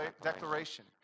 declaration